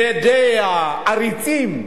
מפני העריצים,